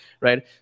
right